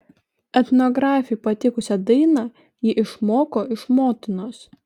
etnografei patikusią dainą ji išmoko iš motinos